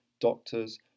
doctors